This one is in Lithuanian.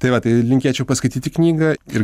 tai va tai linkėčiau paskaityti knygą ir